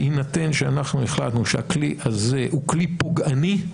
בהינתן שאנחנו החלטנו שהכלי הזה הוא כלי פוגעני,